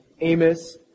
Amos